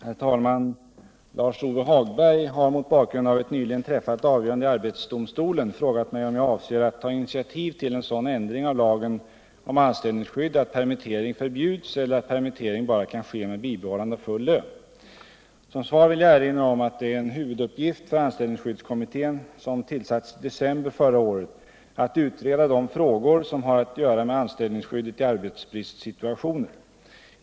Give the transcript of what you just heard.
Herr talman! Lars-Ove Hagberg har mot bakgrund av ett nyligen träffat avgörande i arbetsdomstolen frågat mig om jag avser att ta initiativ till en sådan ändring av lagen om anställningsskydd att permittering förbjuds eller att permittering bara kan ske med bibehållande av full lön. Som svar vill jag erinra om att det är en huvuduppgift för anställningsskyddskommittén, som tillsattes i december förra året, att utreda de frågor som har att göra med anställningsskyddet i arbetsbristsituationer.